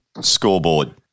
scoreboard